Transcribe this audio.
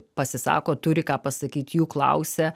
pasisako turi ką pasakyt jų klausia